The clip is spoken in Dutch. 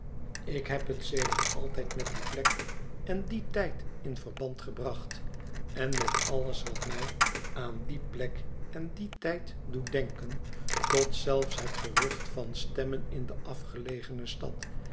ik heb het sedert altijd met die plek en dien tijd in verband gebracht en met alles wat mij aan die plek en dien tijd doet dekken tot zelfs het gerucht van stemmen in de afgelegene stad